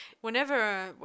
whenever